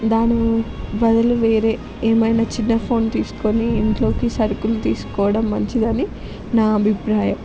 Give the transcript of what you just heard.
దాని బదులు వేరే ఏమైనా చిన్న ఫోన్ తీసుకుని ఇంట్లోకి సరుకులు తీసుకోవడం మంచిదని నా అభిప్రాయం